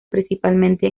principalmente